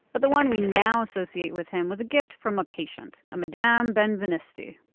but the one we now associate with him was a gift from a patient, a madame benvenisti.